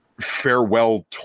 farewell